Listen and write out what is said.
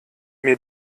mir